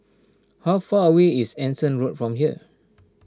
how far away is Anson Road from here